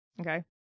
okay